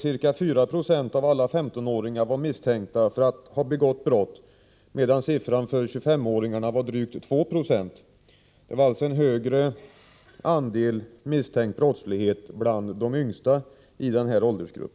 Ca 4 96 av alla 15-åringar var misstänkta för att ha begått brott, medan siffran för 25-åringarna var drygt 2 Zo. Det var alltså en högre andel misstänkt brottslighet bland de yngsta i denna åldersgrupp.